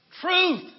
Truth